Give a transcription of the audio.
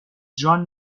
جان